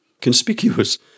conspicuous